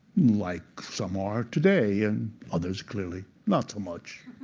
like some are today and others clearly not so much.